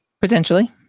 Potentially